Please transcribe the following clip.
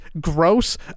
gross